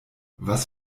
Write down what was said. was